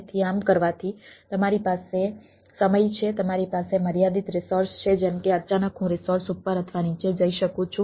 તેથી આમ કરવાથી તમારી પાસે સમય છે તમારી પાસે મર્યાદિત રિસોર્સ છે જેમ કે અચાનક હું રિસોર્સ ઉપર અથવા નીચે જઈ શકું છું